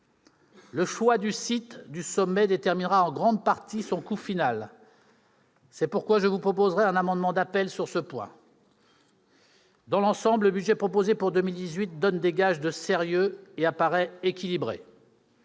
Le choix du site du sommet déterminera en grande partie son coût final. C'est pourquoi je vous proposerai un amendement d'appel sur ce point. Dans l'ensemble, le budget proposé pour 2018 donne des gages de sérieux et apparaît équilibré.